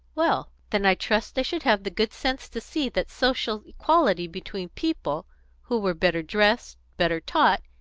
well, then, i trust i should have the good sense to see that social equality between people who were better dressed, better taught,